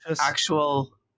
actual